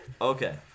okay